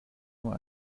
nur